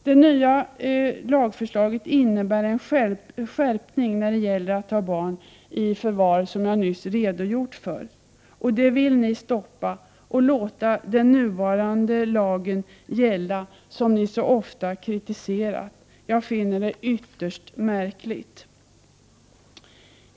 Förslaget till ny lag innebär en skärpning när det gäller att ta barn i förvar, som jag nyss redogjort för. Det vill ni stoppa och låta den nuvarande lagen gälla, som ni så ofta kritiserat. Jag finner det ytterst märkligt.